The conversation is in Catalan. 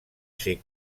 ser